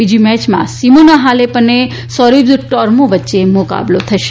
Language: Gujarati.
બીજી મેયમાં સીમોના હાલેપ અને સોરીબ્સ ટોરમો વચ્ચે મુકાબલો થશે